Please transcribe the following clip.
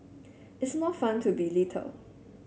it's more fun to be little